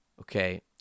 okay